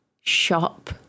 shop